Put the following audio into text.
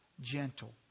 gentle